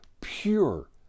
pure